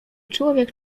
człowiek